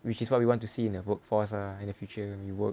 which is what we want to see in the workforce ah in the future we work